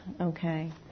okay